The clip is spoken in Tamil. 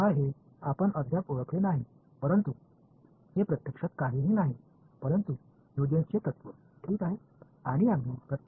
எனவே r சொந்தமானபோது அதை இன்னும் அடையாளம் காணவில்லை ஆனால் உண்மையில் ஹ்யூஜென்ஸின்Huygens's கொள்கை தவிர ஒன்றுமில்லை